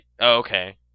okay